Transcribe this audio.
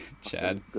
Chad